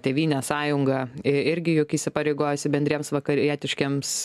tėvynės sąjunga irgi juk įsipareigojusi bendriems vakarietiškiems